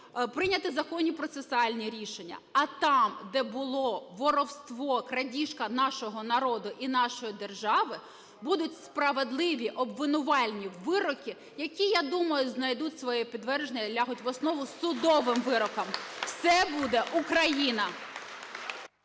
прийняті законні процесуальні рішення, а там, де було воровство, крадіжка нашого народу і нашої держави, будуть справедливі обвинувальні вироки, які, я думаю, знайдуть своє підтвердження і ляжуть в основу судовим вирокам. Все буде Україна!